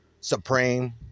supreme